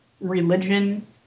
religion